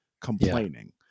complaining